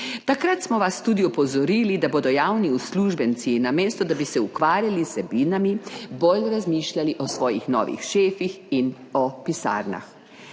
Takrat smo vas tudi opozorili, da bodo javni uslužbenci, namesto da bi se ukvarjali z vsebinami, bolj razmišljali o svojih novih šefih in o pisarnah.